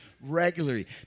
regularly